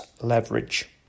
leverage